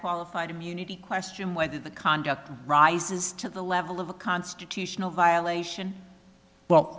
qualified immunity question whether the conduct rises to the level of a constitutional violation well